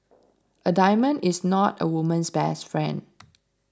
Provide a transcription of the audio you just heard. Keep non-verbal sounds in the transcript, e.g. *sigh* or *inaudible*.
a diamond is not a woman's best friend *noise*